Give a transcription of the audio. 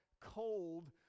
cold